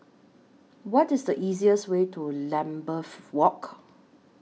What IS easiest Way to Lambeth Walk